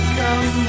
come